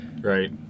Right